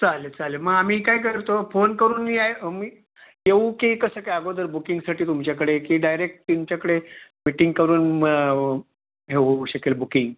चालेल चालेल मग आम्ही काय करतो फोन करून याय मी येऊ की कसं काय अगोदर बुकिंगसाठी तुमच्याकडे की डायरेक तुमच्याकडे मिटिंग करून मग हे होऊ शकेल बुकिंग